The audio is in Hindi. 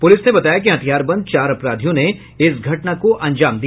पुलिस ने बताया कि हथियार बंद चार अपराधियों ने इस घटना को अंजाम दिया